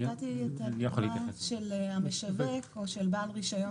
נתתי את הדוגמה של המשווק או של בעל רישיון